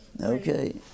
Okay